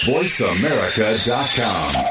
VoiceAmerica.com